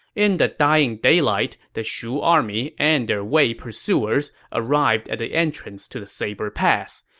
in the dying daylight, the shu army and their wei pursuers arrived at the entrance to the saber pass.